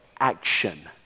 action